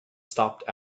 stopped